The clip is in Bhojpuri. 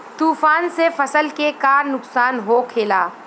तूफान से फसल के का नुकसान हो खेला?